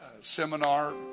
seminar